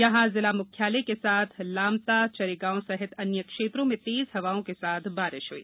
जहां जिला मुख्यालय के साथ लामताचरेगांव सहित अन्य क्षेत्रों में तेज हवाओ के साथ बारिश ह्ई